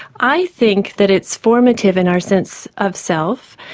i think that it's formative in our sense of self.